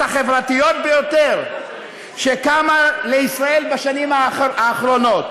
החברתיות ביותר שקמו לישראל בשנים האחרונות.